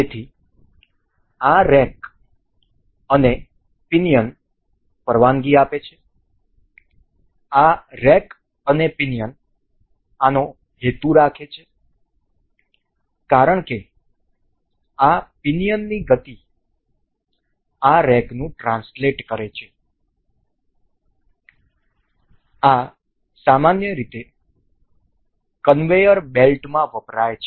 તેથી આ રેક અને પિનિયન પરવાનગી આપે છે આ રેક અને પિનિયન આનો હેતુ રાખે છે કારણ કે આ પિનિયનની ગતિ આ રેકનું ટ્રાન્સલેટ કરશે આ સામાન્ય રીતે કન્વેયર બેલ્ટમાં વપરાય છે